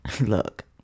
Look